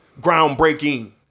groundbreaking